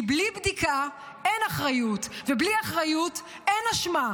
כי בלי בדיקה אין אחריות, ובלי אחריות אין אשמה.